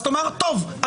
אז התשובה היא: טוב,